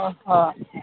ଓ ହୋ